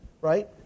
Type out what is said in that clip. right